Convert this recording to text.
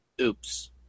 Oops